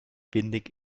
windig